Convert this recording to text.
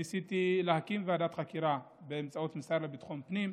ניסיתי להקים ועדת חקירה באמצעות המשרד לביטחון פנים.